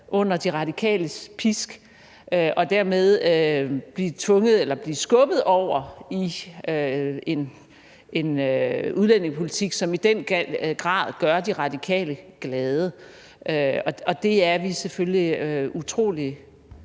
under De Radikales pisk og dermed blive skubbet over i en udlændingepolitik, som i den grad gør De Radikale glade. Vi er selvfølgelig utrolig